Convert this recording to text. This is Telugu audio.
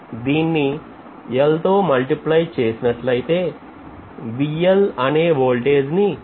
దీన్ని L తో multiply చేసినట్లయితే VL అనే voltage ను పొందగలం